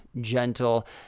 gentle